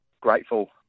grateful